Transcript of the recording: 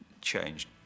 changed